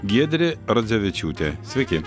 giedrė radzevičiūtė sveiki